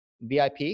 VIP